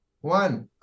one